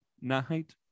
night